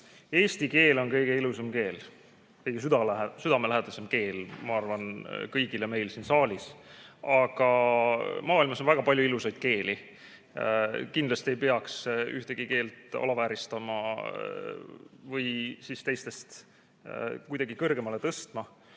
Eesti keel on kõige ilusam keel, kõige südamelähedasem keel, ma arvan, kõigile meile siin saalis. Aga maailmas on väga palju ilusaid keeli. Kindlasti ei peaks ühtegi keelt alavääristama või teda teistest kuidagi kõrgemale tõstma.